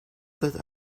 that